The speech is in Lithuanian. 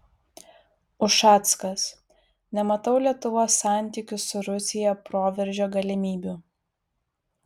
ušackas nematau lietuvos santykių su rusija proveržio galimybių